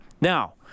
Now